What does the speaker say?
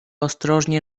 ostrożnie